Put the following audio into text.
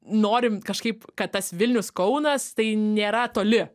norim kažkaip kad tas vilnius kaunas tai nėra toli